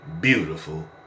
beautiful